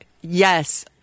yes